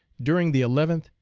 during the eleventh,